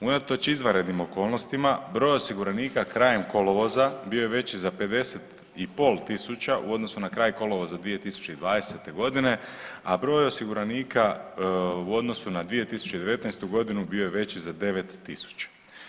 Unatoč izvanrednim okolnostima broj osiguranika krajem kolovoza bio je veći za 50 i pol tisuća u odnosu na kraj kolovoza 2020.g., a broj osiguranika u odnosu na 2019.g. bio je veći za 9.000.